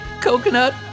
Coconut